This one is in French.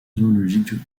zoologique